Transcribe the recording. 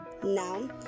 Now